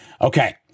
Okay